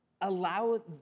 allow